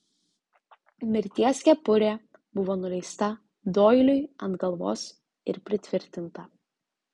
mirties kepurė buvo nuleista doiliui ant galvos ir pritvirtinta